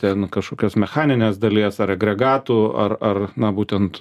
ten kašokios mechaninės dalies ar agregatų ar ar na būtent